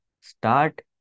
Start